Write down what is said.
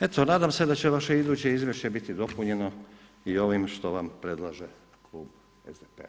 Eto nadam se da će naš iduće izvješće biti dopunjeno i ovim što vam predlaže klub SDP-a.